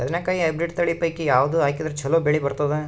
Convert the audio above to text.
ಬದನೆಕಾಯಿ ಹೈಬ್ರಿಡ್ ತಳಿ ಪೈಕಿ ಯಾವದು ಹಾಕಿದರ ಚಲೋ ಬೆಳಿ ಬರತದ?